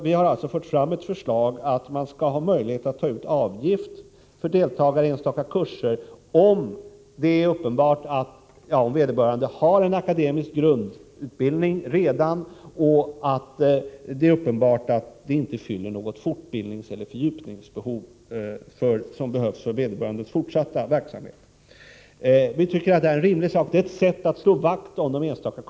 Vi har alltså fört fram ett förslag om att det skall finnas möjlighet att ta ut avgift av deltagare i enstaka kurser, om vederbörande redan har en akademisk grundutbildning och det är uppenbart att deltagandet i den enstaka kursen inte fyller något fortbildningseller fördjupningsbehov. Det är då alltså inte fråga om något som behövs för den studerandes fortsatta verksamhet. Vi tycker att det här är rimligt. Det är ett sätt att slå vakt om de enstaka kurserna.